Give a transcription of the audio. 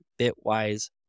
Bitwise